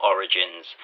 Origins